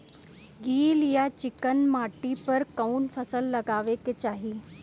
गील या चिकन माटी पर कउन फसल लगावे के चाही?